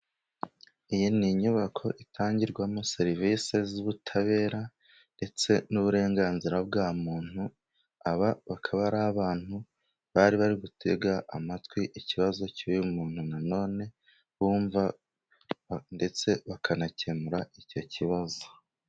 Iyi ni inyubako itangirwamo serivisi z'ubutabera, ndetse n'uburenganzira bwa muntu. Aba bakaba ari abantu bari bari gutega amatwi ikibazo cy'uyu muntu, na none bumva ndetse bakanakemura icyo kibazo.